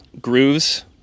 grooves